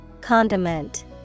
Condiment